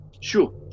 sure